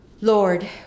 Lord